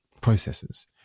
processes